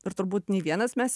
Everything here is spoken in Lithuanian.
ir turbūt nei vienas mes